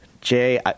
Jay